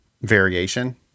variation